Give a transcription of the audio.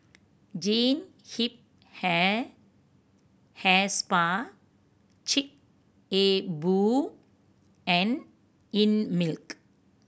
Jean Yip Hair Hair Spa Chic A Boo and Einmilk